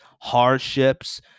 hardships